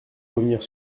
revenir